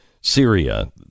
Syria